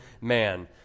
man